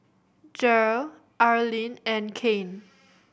Jere Arleen and Kane